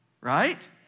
Right